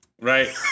right